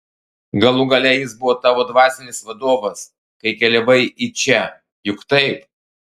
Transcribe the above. galų gale jis buvo tavo dvasinis vadovas kai keliavai į čia juk taip